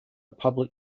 public